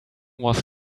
was